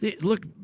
look